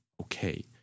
okay